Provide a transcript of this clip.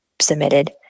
submitted